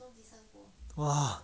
!wah!